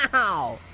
um oh